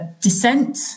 dissent